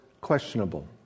questionable